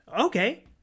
Okay